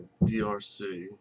DRC